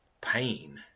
pain